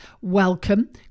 welcome